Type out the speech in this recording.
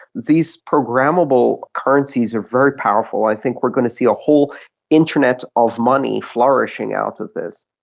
these programmable currencies are very powerful. i think we're going to see a whole internet of money flourishing out of this.